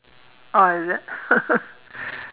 oh is it